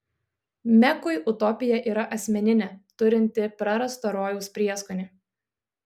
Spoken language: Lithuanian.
mekui utopija yra asmeninė turinti prarasto rojaus prieskonį